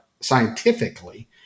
scientifically